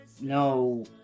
no